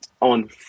on